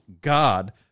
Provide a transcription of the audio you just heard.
God